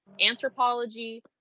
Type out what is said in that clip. anthropology